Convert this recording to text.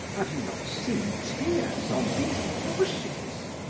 have you not seen tears on these bushes?